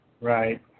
Right